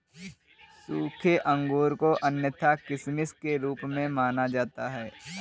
सूखे अंगूर को अन्यथा किशमिश के रूप में जाना जाता है